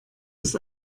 das